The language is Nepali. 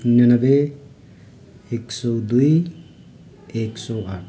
निनाब्बे एक सय दुई एक सय आठ